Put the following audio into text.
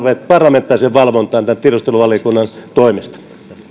parlamentaariseen valvontaan tämän tiedusteluvaliokunnan toimesta